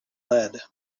lead